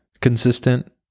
consistent